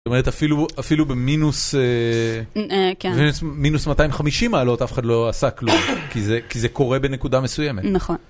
זאת אומרת אפילו... אפילו במינוס אה... אה... כן... מינוס 250 מעלות אף אחד לא עשה כלום, כי זה... כי זה קורה בנקודה מסוימת. נכון.